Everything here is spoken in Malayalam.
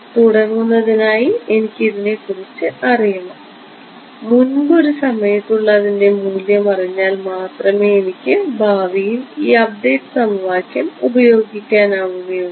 തുടങ്ങുന്നതിനായി എനിക്ക് ഇതിനെ കുറിച്ച് അറിയണം മുൻപൊരു സമയത്തുള്ള അതിൻറെ മൂല്യം അറിഞ്ഞാൽ മാത്രമേ എനിക്ക് ഭാവിയിൽ ഈ അപ്ഡേറ്റ് സമവാക്യം ഉപയോഗിക്കാൻ ആവുകയുള്ളൂ